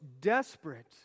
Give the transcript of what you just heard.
desperate